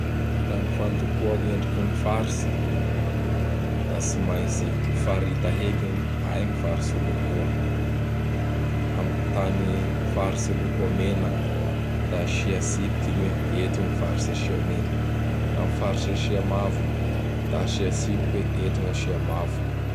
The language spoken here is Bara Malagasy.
Laha gny fandokoa gn' endriky gn faritsy; da tsy maintsy farita heky: "aia gny faritsy holokoa. " Am tany faritsy ho lokoa mena, da asia tsipiky igny hoe: "eto gny faritsy asia mena". Am tany hasia mavo, da asia tsipiky hoe: "ety gn' asia mavo. ''